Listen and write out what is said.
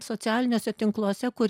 socialiniuose tinkluose kur